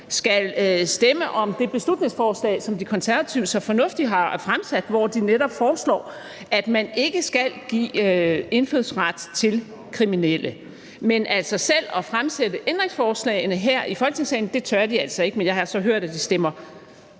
skal stemme om det beslutningsforslag, som De Konservative så fornuftigt har fremsat, hvor de netop foreslår, at man ikke skal give indfødsret til kriminelle. Selv at stille ændringsforslagene her i Folketingssalen tør de altså ikke, men jeg har så hørt, at de trods